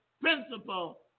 principle